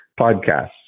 podcasts